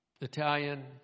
Italian